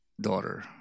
daughter